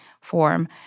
form—